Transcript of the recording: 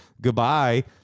goodbye